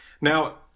Now